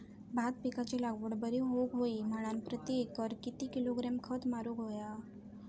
भात पिकाची लागवड बरी होऊक होई म्हणान प्रति एकर किती किलोग्रॅम खत मारुक होया?